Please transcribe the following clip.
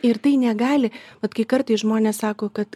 ir tai negali vat kai kartais žmonės sako kad